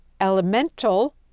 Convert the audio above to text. elemental